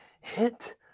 hit